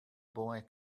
boy